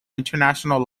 international